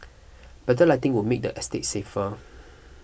better lighting would make the estate safer